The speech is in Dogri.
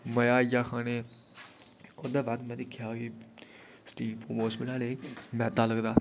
मज़ा आई गेआ खाने गी ओह्दे बाद में दिक्खेआ कि स्टीम मोमोस बनाने गी मैदा लगदा